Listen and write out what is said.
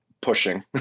pushing